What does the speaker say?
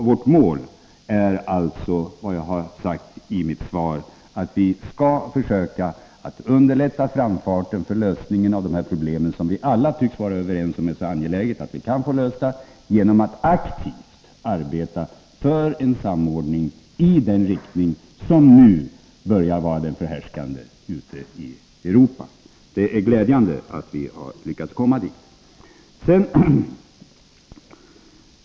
Vårt mål är, som jag har sagt i mitt svar, att vi skall försöka underlätta en lösning av de här problemen — som vi alla tycks vara överens om är angelägna att få lösta — genom att aktivt arbeta för en samordning i den riktning som nu börjar bli den förhärskande ute i Europa. Det är glädjande att vi har lyckats komma dit.